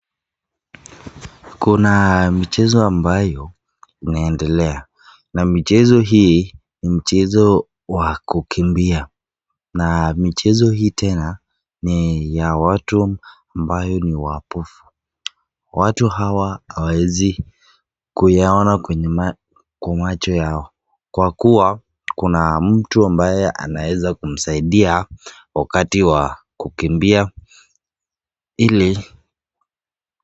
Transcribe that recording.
Kuna michezi ambayo inaendelea, na michezo hii ni michezo ya kukimbia. Na michezo hii tena ni ya watu ambao ni wapofu. Watu hawa hawaezi kuyaona kwa macho yao, kwa kuwa kuna mtu ambaye anaweza kumsaidia wakati wa kukimbia ili